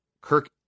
Kirk